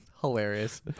Hilarious